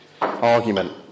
argument